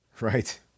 Right